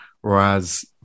whereas